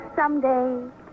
Someday